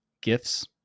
Gifts